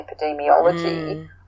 epidemiology